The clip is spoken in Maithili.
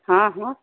हँ हँ